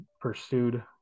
pursued